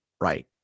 Right